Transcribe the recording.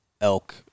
elk